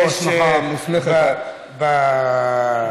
יש לפני כן,